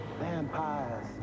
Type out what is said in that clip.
Vampires